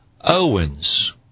Owens